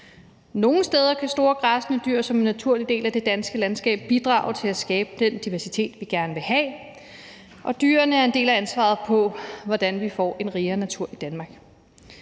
Nogle steder kan store græssende dyr som en naturlig del af det danske landskab bidrage til at skabe den diversitet, vi gerne vil have, og dyrene er en del af svaret på, hvordan vi får en rigere natur i Danmark.